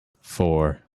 four